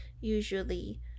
usually